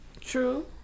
true